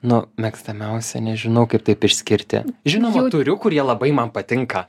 nu mėgstamiausio nežinau kaip taip išskirti žinoma turiu kurie labai man patinka